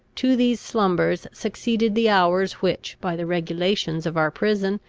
to these slumbers succeeded the hours which, by the regulations of our prison,